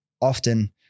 often